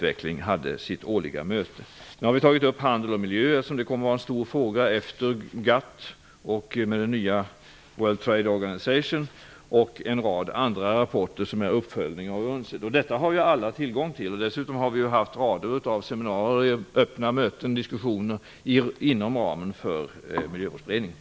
Den gjordes i samband med att Nu har vi tagit upp handel och miljö, eftersom det kommer att vara en stor fråga efter GATT och med den nya World Trade Organization och en rad andra rapporter som är uppföljning av UNCED. Detta har alla tillgång till. Dessutom har vi haft rader av seminarier, öppna möten och diskussioner inom ramen för Miljövårdsberedningen.